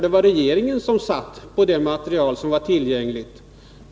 Det var regeringen som satt på det tillgängliga materialet!